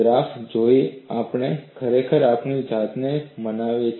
graph જોઈને આપણે ખરેખર આપણી જાતને મનાવી છે